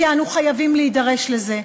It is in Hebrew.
כי אנחנו חייבים להידרש לזה,